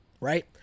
right